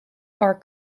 are